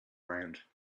round